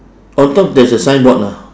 on top there is a signboard ah